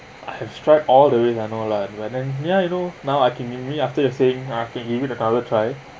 I have strike all the way and all lah that but then ya you know now I can mimic after the same I can give it another try